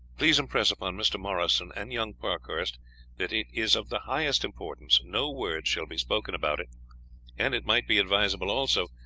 please impress upon mr. morrison and young parkhurst that it is of the highest importance no words shall be spoken about it and it might be advisable, also,